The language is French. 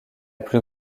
plus